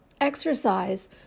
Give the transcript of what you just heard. exercise